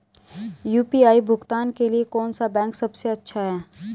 UPI भुगतान के लिए कौन सा बैंक सबसे अच्छा है?